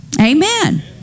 Amen